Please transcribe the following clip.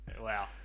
Wow